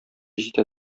җитә